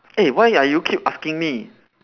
eh why are you keep asking me